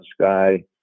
Sky